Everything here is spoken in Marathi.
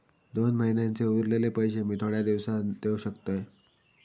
दोन महिन्यांचे उरलेले पैशे मी थोड्या दिवसा देव शकतय?